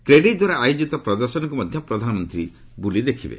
କ୍ରେଡାଇଦ୍ୱାରା ଆୟୋଜିତ ପ୍ରଦର୍ଶନୀକୁ ମଧ୍ୟ ପ୍ରଧାନମନ୍ତ୍ରୀ ବୁଲି ଦେଖିବେ